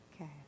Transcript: Okay